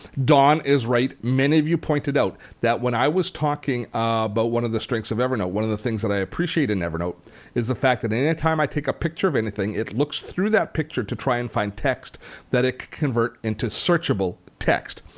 don is right. many of you pointed out that when i was talking about one of the strengths of evernote, one of the things i appreciate in evernote is the fact that anytime i take a picture of anything, it looks through that picture to try and find text that it can convert into searchable text.